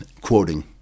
quoting